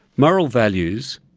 moral values,